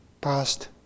past